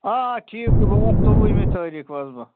آ آ ٹھیٖک چھُ بہٕ وَسہٕ ژوٚوُہمہِ تٲریٖخ وَسہٕ بہٕ